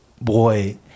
boy